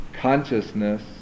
consciousness